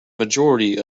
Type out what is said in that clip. majority